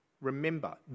Remember